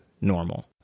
normal